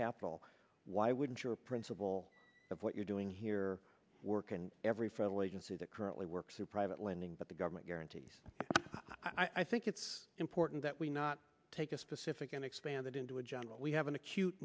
capital why wouldn't your principle of what you're doing here work and every federal agency that currently work through private lending but the government guarantees i think it's important that we not take a specific and expand that into a general we have an acute